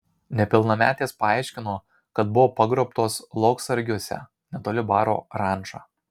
nepilnametės paaiškino kad buvo pagrobtos lauksargiuose netoli baro ranča